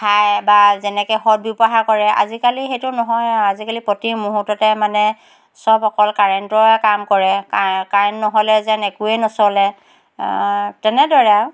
খাই বা যেনেকৈ সৎ ব্যৱহাৰ কৰে আজিকালি সেইটো নহয় আৰু আজিকালি প্ৰতি মুহূৰ্ততে মানে চব অকল কাৰেণ্টৰে কাম কৰে কাৰেণ্ট নহ'লে যেন একোৱে নচলে তেনেদৰে আৰু